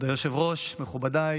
מכובדיי